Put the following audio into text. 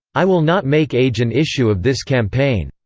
i will not make age an issue of this campaign.